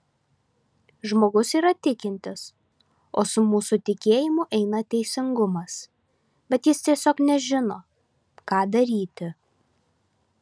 žmogus yra tikintis o su mūsų tikėjimu eina teisingumas bet jis tiesiog nežino ką daryti